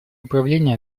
управления